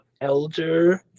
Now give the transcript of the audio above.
elder